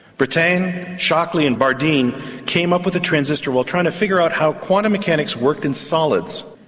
brattain, shockley and bardeen came up with the transistor while trying to figure out how quantum mechanics worked in solids.